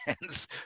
hands